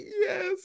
yes